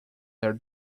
their